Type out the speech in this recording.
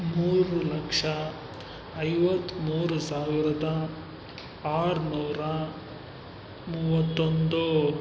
ಮೂರು ಲಕ್ಷ ಐವತ್ತ್ಮೂರು ಸಾವಿರದ ಆರುನೂರ ಮೂವತ್ತೊಂದು